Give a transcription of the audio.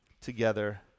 together